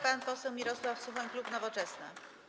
Pan poseł Mirosław Suchoń, klub Nowoczesna.